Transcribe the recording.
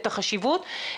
את החשיבות.